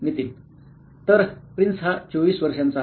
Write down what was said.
नितीन तर प्रिन्स हा 24 वर्षांचा आहे